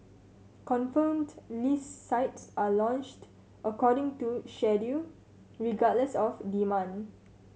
confirmed list sites are launched according to schedule regardless of demand